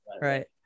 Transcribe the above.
right